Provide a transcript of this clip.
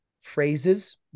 phrases